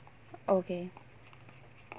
okay